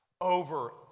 over